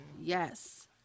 Yes